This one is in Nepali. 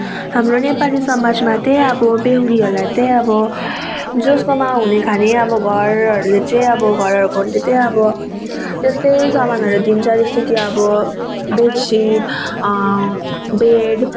हाम्रो नेपाली समाजमा त अब बेहुलीहरूलाई त अब जसकोमा हुने खाने अब घरहरूले चाहिँ अब घरहरूको हरूले त अब त्यस्तै सामानहरू दिन्छ जस्तो कि अब बेड सिट बेड